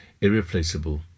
irreplaceable